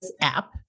app